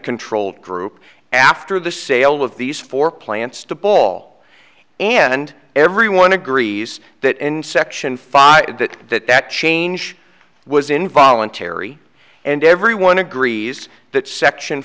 control group after the sale of these four plants to paul and everyone agrees that in section five that that change was involuntary and everyone agrees that section